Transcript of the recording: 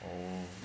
oh